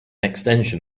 extension